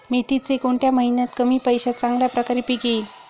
मेथीचे कोणत्या महिन्यात कमी पैशात चांगल्या प्रकारे पीक येईल?